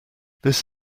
this